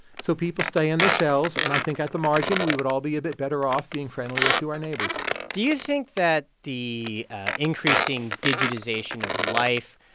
so people stay in their shells. and i think at the margin, we would all be a bit better off being friendlier to our neighbors do you think that the increasing digitization of life,